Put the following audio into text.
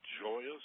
joyous